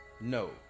no